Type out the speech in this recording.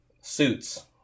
Suits